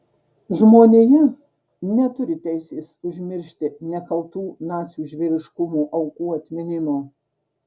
žmonija neturi teisės užmiršti nekaltų nacių žvėriškumo aukų atminimo